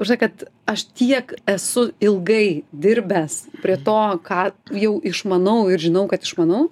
už tai kad aš tiek esu ilgai dirbęs prie to ką jau išmanau ir žinau kad išmanau